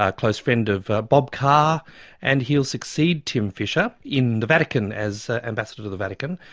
ah close friend of bob carr and he'll succeed tim fischer in the vatican as ambassador to the vatican,